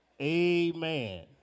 Amen